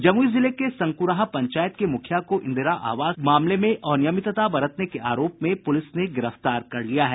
जमुई जिले के संकुराहा पंचायत के मुखिया को इंदिरा आवास मामले में अनियमितता बरतने के आरोप में पुलिस ने गिरफ्तार कर लिया है